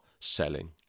selling